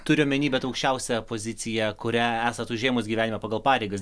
turiu omeny bet aukščiausia pozicija kurią esat užėmus gyvenime pagal pareigas